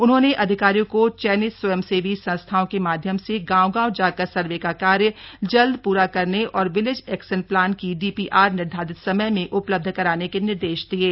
उन्होंने अधिकारियों को चयनित स्वयं सेवी सस्थाओं के माध्यम से गांव गांव जाकर सर्वे का कार्य जल्द पूरा करने और विलेज एक्शन प्लान की डीपीआर निर्धारित समय में उपलब्ध कराने के निर्देश दिये